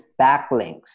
backlinks